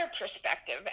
perspective